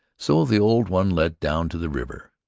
so the old one led down to the river.